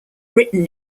written